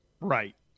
Right